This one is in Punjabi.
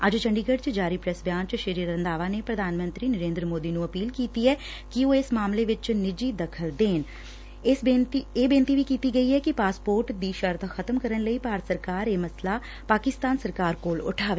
ਅੱਜ ਚੰਡੀਗੜ ਚ ਜਾਰੀ ਪ੍ਰੈਸ ਬਿਆਨ ਵਿੱਚ ਸ੍ਰੀ ਰੰਧਾਵਾ ਨੇ ਪ੍ਰਧਾਨ ਮੰਤਰੀ ਨਰਿੰਦਰ ਮੋਦੀ ਨੂੰ ਅਪੀਲ ਕੀਤੀ ਐ ਕਿ ਉਹ ਇਸ ਮਾਮਲੇ ਵਿੱਚ ਨਿੱਜੀ ਦਖਲ ਦੇਣ ਇਹ ਬੇਨਤੀ ਵੀ ਕੀਤੀ ਐ ਕਿ ਪਾਸਪੋਰਟ ਦੀ ਸ਼ਰਤ ਖਤਮ ਕਰਨ ਲਈ ਭਾਰਤ ਸਰਕਾਰ ਇਹ ਮਾਮਲਾ ਪਾਕਿਸਤਾਨ ਸਰਕਾਰ ਕੋਲ ਉਠਾਵੇ